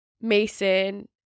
Mason